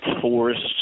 forests